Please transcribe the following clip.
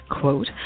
quote